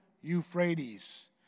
Euphrates